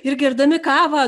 ir gerdami kavą